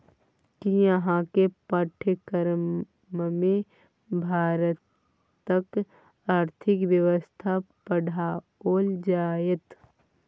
कि अहाँक पाठ्यक्रममे भारतक आर्थिक व्यवस्था पढ़ाओल जाएत?